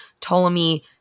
Ptolemy